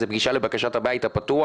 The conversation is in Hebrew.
זו פגישה לבקשת הבית הפתוח.